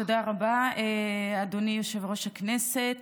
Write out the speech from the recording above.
תודה רבה, אדוני יושב-ראש הישיבה.